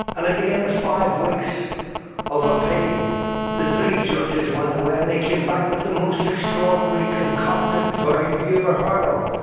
and at the end of five weeks of appeal the three judges went away and they came back with the most extraordinary concocted verdict you ever heard of.